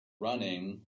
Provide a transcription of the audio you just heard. running